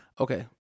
Okay